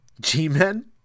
G-men